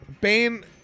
Bane